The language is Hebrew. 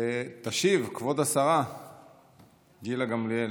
תשיב כבוד השרה גילה גמליאל.